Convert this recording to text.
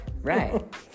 right